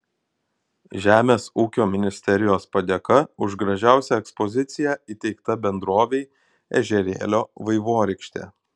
žemės ūkio ministerijos padėka už gražiausią ekspoziciją įteikta bendrovei ežerėlio vaivorykštė